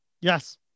Yes